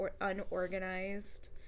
unorganized